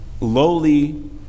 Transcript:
lowly